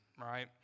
right